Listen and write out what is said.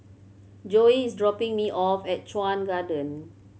Joey is dropping me off at Chuan Garden